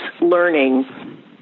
learning